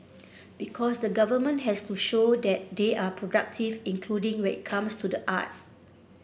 because the government has to show that they are productive including it comes to the arts